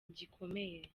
gikomeye